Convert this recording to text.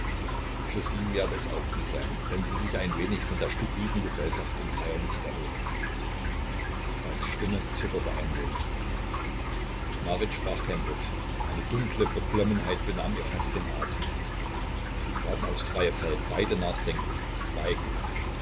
für sie werde es auch gut sein wenn sie sich ein wenig von der stupiden gesellschaft in freier luft erhole falks stimme zitterte ein wenig marit sprach kein wort eine dunkle beklommenheit benahm ihr fast den atem sie traten aufs freie feld beide nachdenklich schweigend